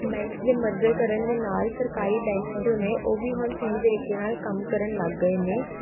banks ਦੇ merger ਕਰਨ ਦੇ ਨਾਲ਼ ਸਰਕਾਰੀ ਬੈਂਕਸ ਜੋ ਨੇ ਉਹ ਵੀ ਹੁਣ ਸਹੀ ਤਰੀਕੇ ਨਾਲ਼ ਕੰਮ ਕਰਨ ਲੱਗ ਗਏ ਨੇ